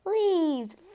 Leaves